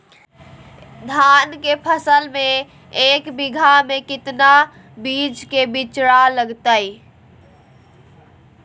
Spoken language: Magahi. धान के फसल में एक बीघा में कितना बीज के बिचड़ा लगतय?